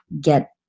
get